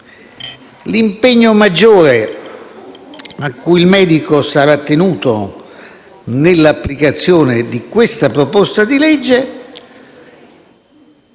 L'impegno maggiore cui il medico sarà tenuto nell'applicazione della proposta di legge